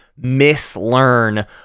mislearn